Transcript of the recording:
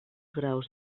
graus